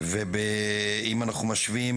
ואם אנחנו משווים